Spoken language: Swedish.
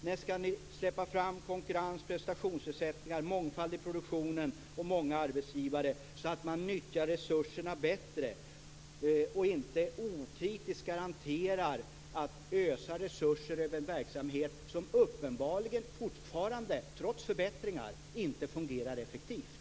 När skall ni släppa fram konkurrens, prestationsersättningar, mångfald i produktionen och många arbetsgivare, så att man nyttjar resurserna bättre och inte okritiskt garanterar att ösa resurser över verksamhet som uppenbarligen fortfarande, trots förbättringar, inte fungerar effektivt.